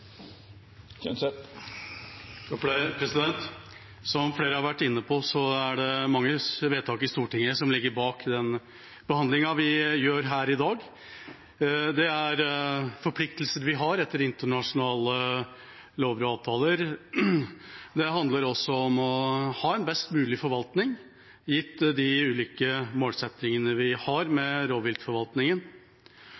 det mange vedtak i Stortinget som ligger bak den behandlingen vi har her i dag. Det er forpliktelser vi har etter internasjonale lover og avtaler. Det handler også om å ha en best mulig forvaltning gitt de ulike målsettingene vi har